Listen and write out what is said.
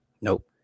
Nope